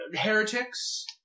Heretics